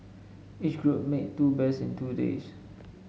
each group made two bears in two days